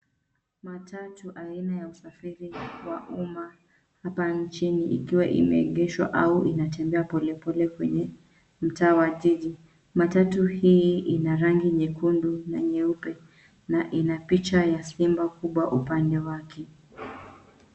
Matatu, aina ya usafiri wa umma hapa nchini, ikiwa imeegeshwa au inatembea polepole kwenye mtaa wa jiji. Matatu hii ina rangi nyekundu na nyeupe, na ina picha ya simba mkubwa upande yake.